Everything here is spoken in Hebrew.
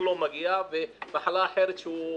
כן מגיע ואילו למי שחולה במחלה אחרת לא.